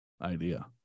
idea